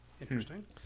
Interesting